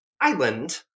island